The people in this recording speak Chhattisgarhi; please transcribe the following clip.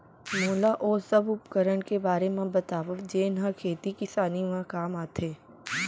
मोला ओ सब उपकरण के बारे म बतावव जेन ह खेती किसानी म काम आथे?